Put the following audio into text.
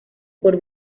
por